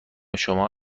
شما